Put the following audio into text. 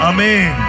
Amen